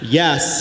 yes